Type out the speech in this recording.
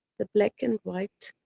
the black and white,